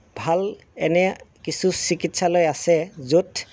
ভাল এনে কিছু চিকিৎসালয় আছে য'ত